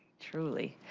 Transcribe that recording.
truly.